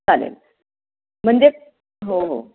चालेल म्हणजे हो हो